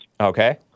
Okay